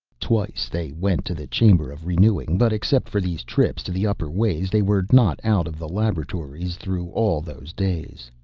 twice they went to the chamber of renewing, but except for these trips to the upper ways they were not out of the laboratories through all those days.